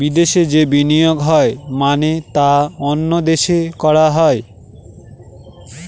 বিদেশে যে বিনিয়োগ হয় মানে তা অন্য দেশে করা হয়